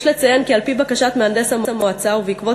יש לציין כי על-פי בקשת מהנדס המועצה ובעקבות